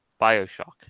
Bioshock